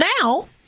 now